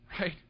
right